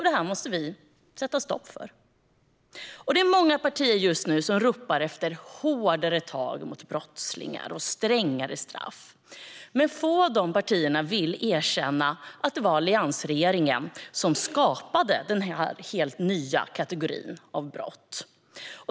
Det här måste vi sätta stopp för. Många partier ropar just nu efter hårdare tag mot brottslingar och strängare straff, men få av dessa partier vill erkänna att det var alliansregeringen som skapade denna helt nya kategori av brott.